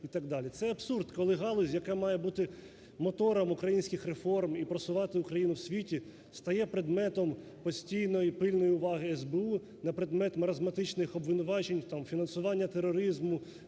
Це абсурд, коли галузь, яка має бути мотором українських реформ і просувати Україну в світі, стає предметом постійної і пильної уваги СБУ на предмет маразматичних обвинувачень, там, фінансування тероризму,